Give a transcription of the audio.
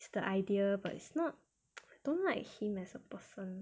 it's the idea but it's not don't like him as a person